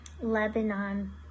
Lebanon